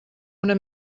una